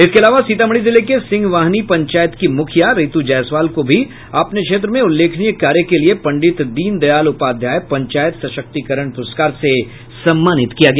इसके अलावा सीतामढ़ी जिले के सिंहवाहिनी पंचायत की मुखिया रितु जायसवाल को भी अपने क्षेत्र में उल्लेखनीय कार्य के लिये पंडित दीनदयालय उपाध्याय पंचायत सशक्तीकरण पुरस्कार से सम्मानित किया गया